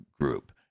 group